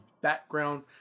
background